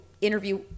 interview